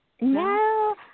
No